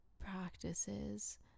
practices